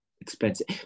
expensive